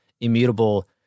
Immutable